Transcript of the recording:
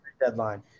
deadline